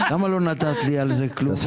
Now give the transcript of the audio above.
למה לא נתת לי על זה כלום?